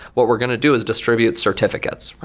what we're going to do is distribute certificates.